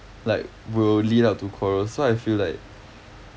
like will lead up to quarrel so I feel like